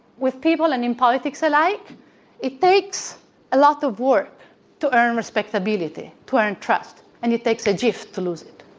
with people and in politics alike it takes a lot of work to earn respectability, to earn trust. and it takes a jiff to lose it.